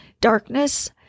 darkness